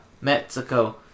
Mexico